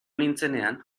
nintzenean